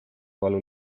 valu